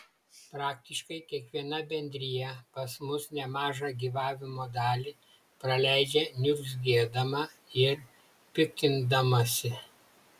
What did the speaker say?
praktiškai kiekviena bendrija pas mus nemažą gyvavimo dalį praleidžia niurzgėdama ir piktindamasi